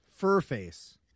Furface